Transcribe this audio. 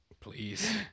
Please